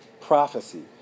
prophecy